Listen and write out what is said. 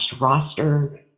roster